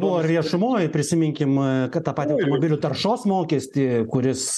buvo ir viešumoj prisiminkim kad ta pati automobilių taršos mokestį kuris